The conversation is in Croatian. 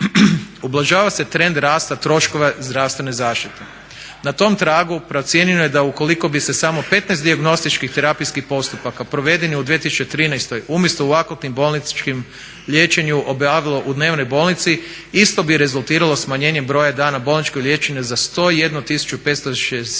ublažava se trend rasta troškova zdravstvene zaštite. Na tom tragu procijenjeno je da ukoliko bi se samo 15 dijagnostičkih terapijskih postupaka provedenih u 2013. umjesto u akutnom bolničkom liječenju obavilo u dnevnoj bolnici isto bi rezultiralo smanjenjem broja dana bolničkog liječenja za 101